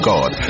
God